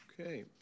Okay